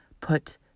put